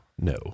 no